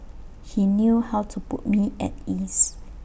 he knew how to put me at ease